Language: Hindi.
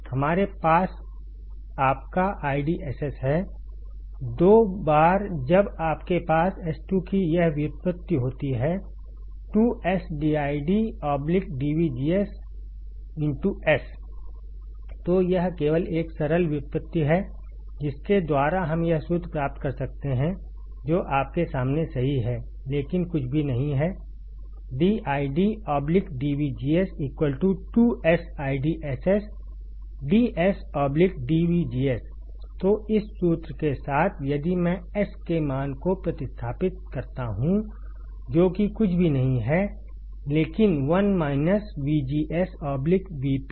हमारे पास आपका आईडी SS है 2 बार जब आपके पास S2 की यह व्युत्पत्ति होती है 2S dID dVGS तो यह केवल एक सरल व्युत्पत्ति है जिसके द्वारा हम यह सूत्र प्राप्त कर सकते हैं जो आपके सामने सही है लेकिन कुछ भी नहीं है dID dVGS 2S IDSS dS dVGS तो इस सूत्र के साथ यदि मैं S के मान को प्रतिस्थापित करता हूं जो कि कुछ भी नहीं है लेकिन 1 VGS V p